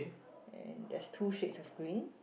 and there's two shades of green